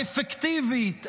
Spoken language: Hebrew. האפקטיבית,